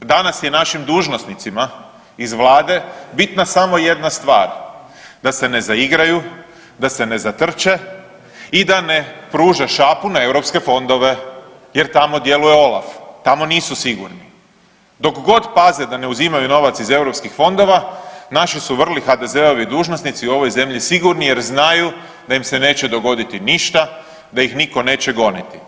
Danas je našim dužnosnicima iz vlade bitna samo jedna stvar, da se ne zaigraju, da se ne zatrče i da ne pruže šapu na europske fondove jer tamo djeluje OLAF, tamo nisu sigurni, dok god paze da ne uzimaju novac iz eu fondova naši su vrli HDZ-ovi dužnosnici sigurni jer znaju da im se neće dogoditi ništa, da ih niko neće goniti.